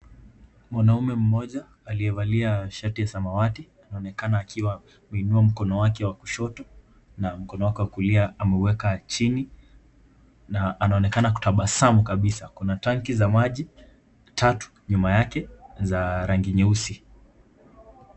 Mwanaume mmoja aliyevalia shati ya samawati anaonekanka akiwa ameinua mkono wake wa kushoto na mkono wake wa kulia ameuweka chini na anaonekana kutabasamu kabisa. Kuna tanki za maji tatu nyuma yake, za rangi nyeusi.